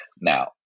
Now